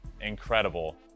incredible